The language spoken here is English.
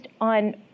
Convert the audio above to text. on